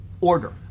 order